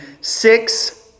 six